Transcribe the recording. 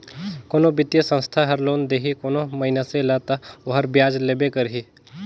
कोनो बित्तीय संस्था हर लोन देही कोनो मइनसे ल ता ओहर बियाज लेबे करही